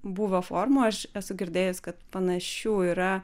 būvio formų aš esu girdėjus kad panašių yra